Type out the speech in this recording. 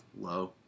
low